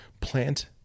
plant